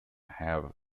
have